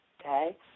Okay